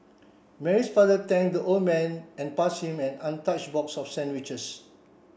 Mary's father thank the old man and pass him an untouched box of sandwiches